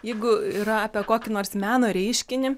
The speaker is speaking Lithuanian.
jeigu yra apie kokį nors meno reiškinį